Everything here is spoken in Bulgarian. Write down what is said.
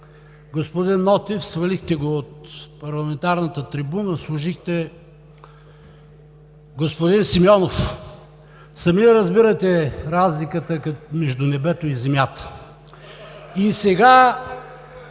господин Нотев, свалихте го от парламентарната трибуна, сложихте господин Симеонов. Сами разбирате, разликата е като между небето и земята.